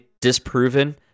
disproven